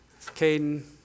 Caden